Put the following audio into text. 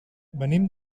venim